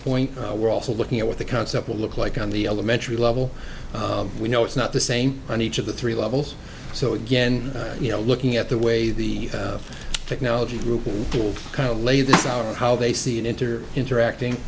point we're also looking at what the concept will look like on the elementary level we know it's not the same on each of the three levels so again you know looking at the way the technology group kind of lay this out how they see an interview interacting